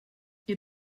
ihr